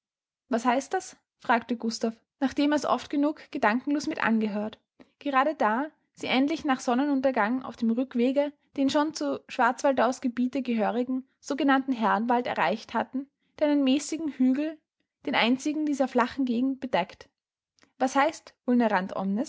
was heißt das fragte gustav nachdem er es oft genug gedankenlos mit angehört gerade da sie endlich nach sonnenuntergang auf dem rückwege den schon zu schwarzwaldau's gebiete gehörigen sogenannten herrenwald erreicht hatten der einen mäßigen hügel den einzigen dieser flachen gegend bedeckt was heißt